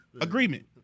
agreement